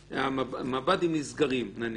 מב"דים נסגרים, נניח.